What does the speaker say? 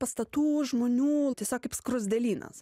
pastatų žmonių tiesiog kaip skruzdėlynas